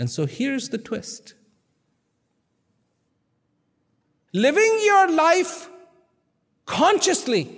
and so here's the twist living your life consciously